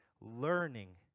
learning